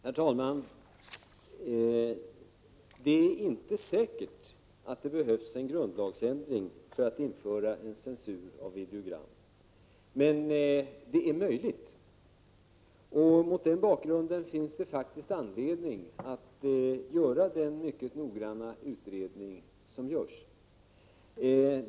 Herr talman! Det är inte säkert att det behövs en grundlagsändring för att införa censur av videogram, men det är möjligt. Mot den bakgrunden finns det faktiskt anledning att företa den mycket noggranna utredning som görs.